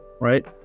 right